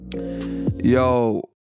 Yo